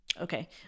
okay